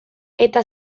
eta